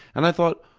and i thought,